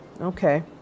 Okay